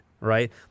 right